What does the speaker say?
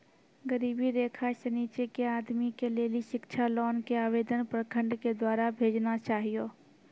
गरीबी रेखा से नीचे के आदमी के लेली शिक्षा लोन के आवेदन प्रखंड के द्वारा भेजना चाहियौ?